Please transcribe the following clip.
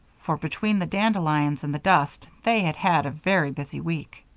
for between the dandelions and the dust they had had a very busy week.